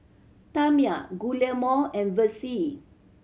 Tamia Guillermo and Vessie